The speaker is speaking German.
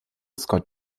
scott